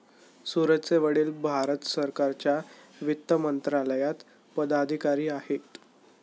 सूरजचे वडील भारत सरकारच्या वित्त मंत्रालयात पदाधिकारी आहेत